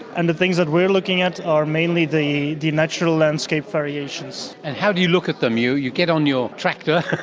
and the things that we are looking at are mainly the the natural landscape variations. and how do you look at them? you you get on your tractor,